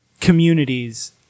communities